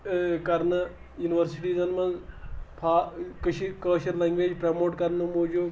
کَرنہٕ یُنورسٹیٖزَن منٛز فا کٔشیٖر کٲشِر لینٛگویج پرٛٮ۪موٹ کَرنہٕ موٗجوٗب